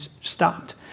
stopped